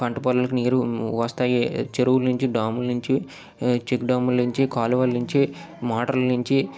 పంటపొలాలకు నీరు వస్తాయి చెరువుల నుంచి డాముల నుంచి చెక్ డాముల నుంచి కాలువల నుంచి మోటర్ల నుంచి